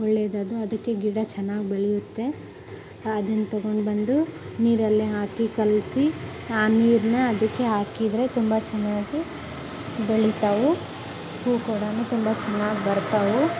ಒಳ್ಳೆಯದದು ಅದಕ್ಕೆ ಗಿಡ ಚೆನ್ನಾಗ್ ಬೆಳೆಯುತ್ತೆ ಅದನ್ನು ತಗೊಂಡ್ ಬಂದು ನೀರಲ್ಲಿ ಹಾಕಿ ಕಲಸಿ ಆ ನೀರನ್ನ ಅದಕ್ಕೆ ಹಾಕಿದ್ರೆ ತುಂಬ ಚೆನ್ನಾಗಿ ಬೆಳೀತಾವು ಹೂವು ಕೂಡ ತುಂಬ ಚೆನ್ನಾಗ್ ಬರ್ತಾವು